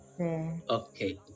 Okay